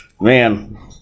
man